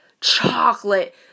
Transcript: chocolate